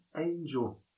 angel